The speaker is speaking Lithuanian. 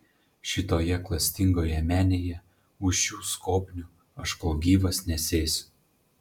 šitoje klastingoje menėje už šių skobnių aš kol gyvas nesėsiu